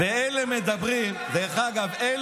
השר המקשר בין